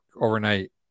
overnight